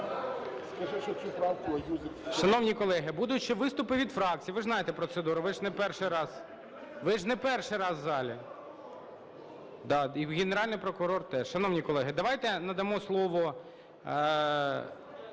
Шановні колеги, будуть ще виступи від фракцій, ви ж знаєте процедуру, ви ж не перший раз, ви ж не перший раз в залі. Да, і Генеральний прокурор теж. Шановні колеги, давайте надамо слово